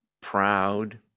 proud